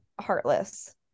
heartless